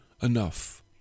enough